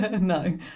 No